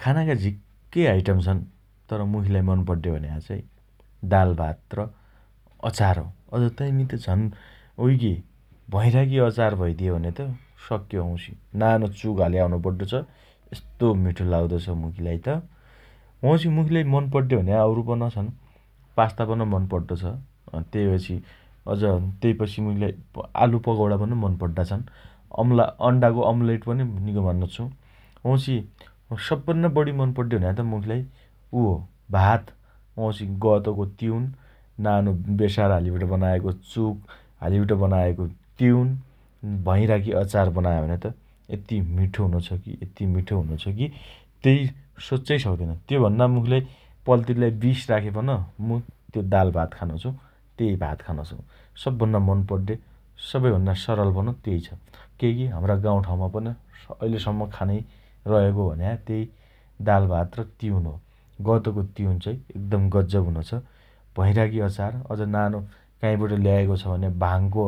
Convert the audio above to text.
खानाका झिक्कै आइटम छन् । तर, मुखीलाई मन पड्डे भन्या चाई दालभात र अचार हो । अझ ताइमी झन् उइकी भइराईकी अचार भइदिए भनेत सक्यो वाउँछि । नानो चुक हाल्या हुनो पड्डो छ । यस्तो मिठो लाग्दो छ मुखीलाई त । वाउँछि मुखीलाई मन पड्डे भन्या औरु पन छन् । पास्ता पन मन पड्डो छ । अँ तेइपछि अझ तेइपछि मुखीलाई अ आलु पकौणापन मन पड्डा छन् । अम्ला अण्डाको अम्लेट पनि निको मान्नो छु । वाउँछि सबभन्ना बढी मन पड्डे भन्या त मुखीलाई उ हो भात वाउँछि गतको तिउन, नानो बेसार हालिबट बनाएको चुक हालिबट बनाएको तिउन, भैँराकी अचार बनायो भने त यति मिठो हुनो छ की यति मिठो हुनो छ । तेइ सोच्चइ सक्तैन । त्यो भन्ना मुखीलाई पल्तिरलाई बिष राख्या पन मु त्यो दालभात खानो छु । तेइ भात खानो छु । सबभन्ना मन पड्डे सबैभन्दा सरलपन तेइ छ । केइकी हम्रा गाउँठाउँमा पन स अहिलेसम्म खानइ रहेको भन्या तेइ दाल भात र तिउन हो । गतको तिउन चाइ एकदम गज्जब हुनो छ । भैँराकी अचार, अझ नानो काइँबट ल्याएको छ भने भाङको